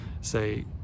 say